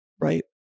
right